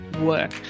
work